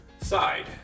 side